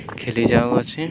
ଖେଳିଯାଉଅଛି